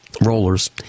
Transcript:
rollers